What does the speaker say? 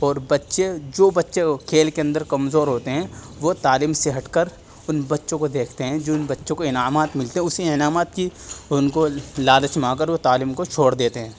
اور بچے جو بچے کھیل کے اندر کمزور ہوتے ہیں وہ تعلیم سے ہٹ کر ان بچوں کو دیکھتے ہیں جن بچوں کو انعامات ملتے ہیں اسی انعامات کی ان کو لالچ میں آ کر وہ تعلیم کو چھوڑ دیتے ہیں